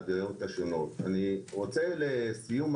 לסיום,